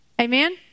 Amen